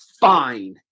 Fine